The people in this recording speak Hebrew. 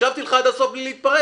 הקשבתי לך עד הסוף בלי להתפרץ?